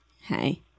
Hey